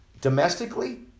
domestically